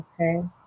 Okay